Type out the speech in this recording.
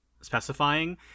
specifying